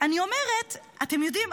אתם יודעים,